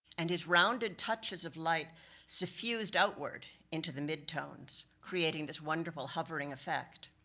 and his rounded touches of light suffused outward, into the mid-tones, creating this wonderful hovering effect.